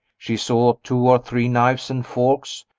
she saw two or three knives and forks,